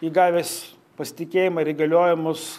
įgavęs pasitikėjimą ir įgaliojimus